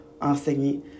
enseigner